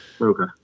okay